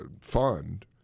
fund